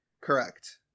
Correct